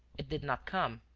it did not come.